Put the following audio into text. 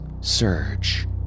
Surge